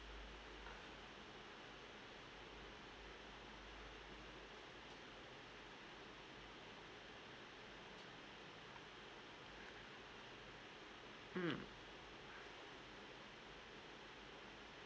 mm